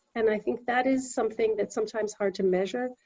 and i think that is something that's sometimes hard to measure,